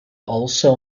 also